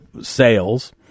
sales